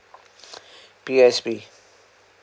P_O_S_B